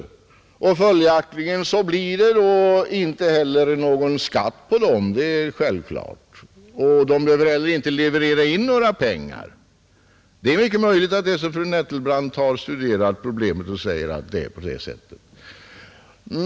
Följaktligen blir det inte heller någon skatt för dem, och de behöver inte leverera in några pengar. Det är möjligt att fru Nettelbrandt har studerat problemet och funnit att det förhåller sig på det sättet.